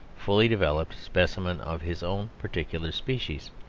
fully developed specimen of his own particular species.